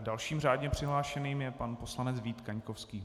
Dalším řádně přihlášeným je pan poslanec Vít Kaňkovský.